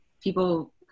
people